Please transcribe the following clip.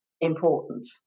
important